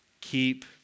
Keep